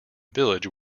village